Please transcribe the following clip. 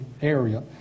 area